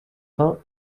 vingts